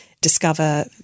discover